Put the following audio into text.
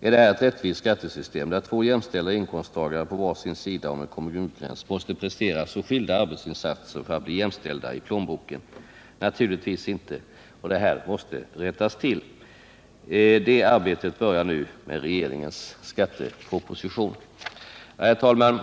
Är det ett rättvist skattesystem när två jämställda inkomsttagare på var sin sida om en kommungräns måste prestera så skilda arbetsinsatser för att bli jämställda i plånboken? Naturligtvis inte. Det här måste rättas till. Det arbetet börjar nu med regeringens skatteproposition. Herr talman!